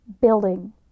building